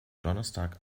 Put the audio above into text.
donnerstag